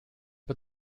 but